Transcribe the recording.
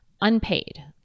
unpaid